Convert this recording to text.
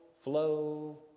flow